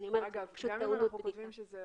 אגב, גם אם אנחנו כותבים שזה